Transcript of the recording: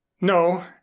No